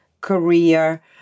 career